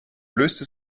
löste